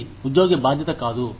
ఇది ఉద్యోగి బాధ్యత కాదు